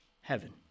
Heaven